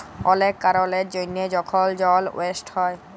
অলেক কারলের জ্যনহে যখল জল ওয়েস্ট হ্যয়